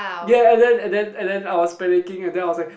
ya and then and then and then I was panicking and then I was like